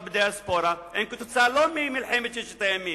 ב-diaspora הם לא כתוצאה ממלחמת ששת הימים,